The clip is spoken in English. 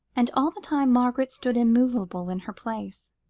and all the time margaret stood immovable in her place,